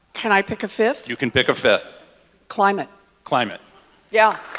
can i pick a fifth? you can pick a fifth climate climate yeah